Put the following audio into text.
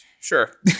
Sure